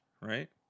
right